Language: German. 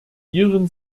iren